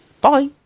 bye